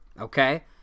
Okay